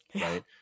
right